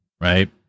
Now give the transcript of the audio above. right